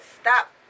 stop